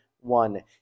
One